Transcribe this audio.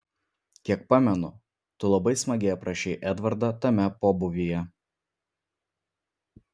kiek pamenu tu labai smagiai aprašei edvardą tame pobūvyje